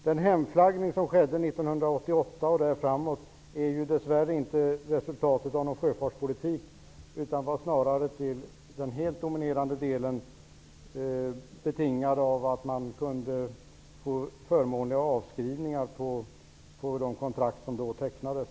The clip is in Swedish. Den hemflaggning som skedde 1988 och framåt är dess värre inte resultatet av någon sjöfartspolitik, utan var snarare till helt dominerande delen betingad av att man kunde få förmånliga avskrivningar på de kontrakt som då tecknades.